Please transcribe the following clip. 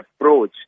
approach